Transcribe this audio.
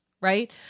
right